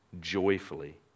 joyfully